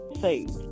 saved